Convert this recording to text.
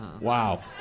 Wow